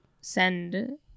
send